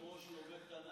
אדוני היושב-ראש לומד תנ"ך.